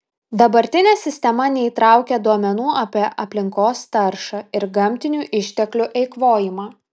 dabartinė sistema neįtraukia duomenų apie aplinkos taršą ir gamtinių išteklių eikvojimą